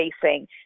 facing